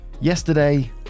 Yesterday